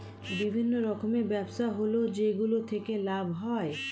বিভিন্ন রকমের ব্যবসা হয় যেগুলো থেকে লাভ হয়